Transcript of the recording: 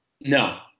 No